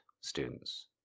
students